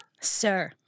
Sir